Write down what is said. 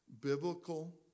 Biblical